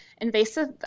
invasive